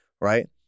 right